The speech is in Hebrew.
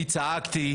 כשאני צעקתי,